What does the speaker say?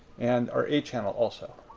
and our a channel also.